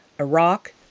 Iraq